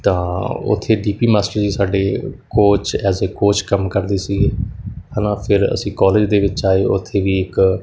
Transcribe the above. ਤਾਂ ਉੱਥੇ D P master ਜੀ ਸਾਡੇ ਕੋਚ ਐਜ ਏ ਕੋਚ ਕੰਮ ਕਰਦੇ ਸੀਗੇ ਹੈ ਨਾ ਫਿਰ ਅਸੀਂ ਕੋਲਜ ਦੇ ਵਿੱਚ ਆਏ ਉੱਥੇ ਵੀ ਇੱਕ